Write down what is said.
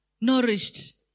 nourished